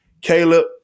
Caleb